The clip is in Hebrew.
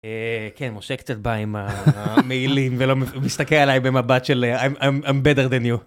כן משה קצת בא עם המעילים ומסתכל עליי במבט של I'm better than you.